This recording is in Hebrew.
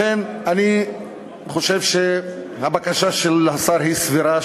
לכן אני חושב שהבקשה של השר היא סבירה,